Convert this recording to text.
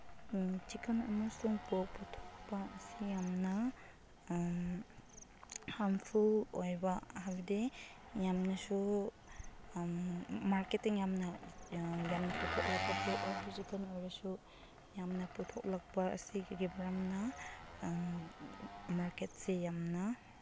chicken ꯑꯃꯁꯨꯡ pork ꯄꯨꯊꯣꯛꯄ ꯑꯁꯤ ꯌꯥꯝꯅ ꯍꯥꯔꯝꯐꯨꯜ ꯑꯣꯏꯕ ꯍꯥꯏꯕꯗꯤ ꯌꯥꯝꯅꯁꯨ ꯃꯥꯔꯀꯦꯇꯤꯡ ꯌꯥꯝꯅ ꯌꯥꯝꯅ ꯄꯨꯊꯣꯛꯄ ꯄꯣꯔꯛ ꯑꯣꯏꯔꯁꯨ ꯆꯤꯛꯀꯟ ꯑꯣꯏꯔꯁꯨ ꯌꯥꯝꯅ ꯄꯨꯊꯣꯛꯂꯛꯄ ꯑꯁꯤꯗꯒꯤ ꯃꯔꯝꯅ ꯃꯥꯔꯀꯦꯠꯁꯦ ꯌꯥꯝꯅ